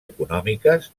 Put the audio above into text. econòmiques